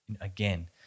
again